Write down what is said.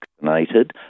vaccinated